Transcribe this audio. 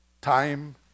time